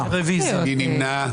מי נמנע?